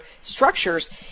structures